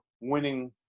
winning